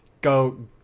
Go